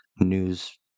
news